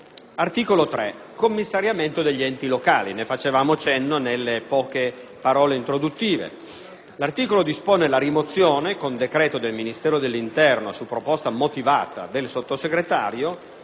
il commissariamento degli enti locali; ne facevamo cenno nelle poche parole introduttive. L'articolo dispone la rimozione, con decreto del Ministero dell'interno (su proposta motivata del Sottosegretario),